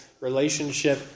relationship